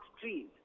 trees